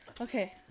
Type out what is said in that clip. Okay